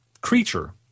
creature